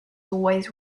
always